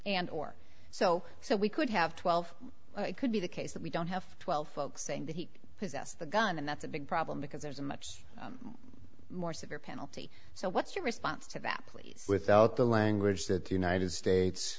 and or so so we could have twelve it could be the case that we don't have twelve folks saying that he possess the gun and that's a big problem because there's a much more severe penalty so what's your response to that please without the language that the united states